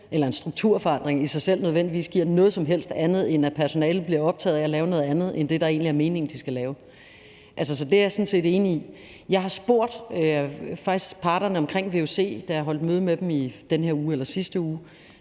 lave en strukturforandring i sig selv nødvendigvis giver noget som helst andet, end at personalet bliver optaget af lave noget andet end det, det egentlig er meningen de skal lave. Så det er jeg sådan set enig i. Da jeg holdt møde med parterne omkring vuc – det var i den her uge eller sidste uge;